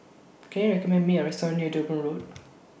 Can YOU recommend Me A Restaurant near Durban Road